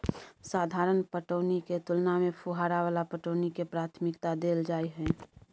साधारण पटौनी के तुलना में फुहारा वाला पटौनी के प्राथमिकता दैल जाय हय